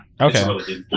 Okay